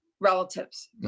relatives